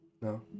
No